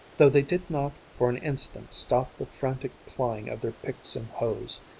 though they did not for an instant stop the frantic plying of their picks and hoes.